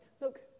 look